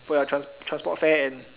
for your trans~ transport fare and